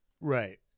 Right